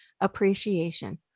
appreciation